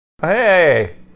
Hey